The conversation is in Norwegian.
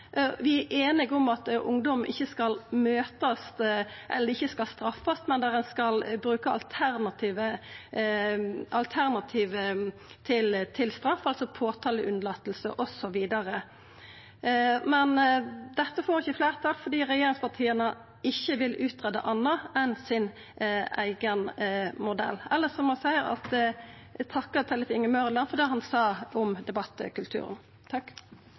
Vi er einige om at ungdom ikkje skal straffast, men at ein skal bruka alternativ til straff, altså påtaleunnlating osv. Men dette får ikkje fleirtal fordi regjeringspartia ikkje vil greia ut anna enn sin eigen modell. Elles må eg seia at eg takkar Tellef Inge Mørland for det han sa om debattkulturen.